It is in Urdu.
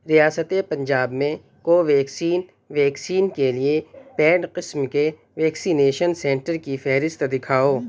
ریاست پنجاب میں کوویکسین ویکسین کے لیے پیڈ قسم کے ویکسینیشن سینٹر کی فہرست دکھاؤ